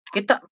Kita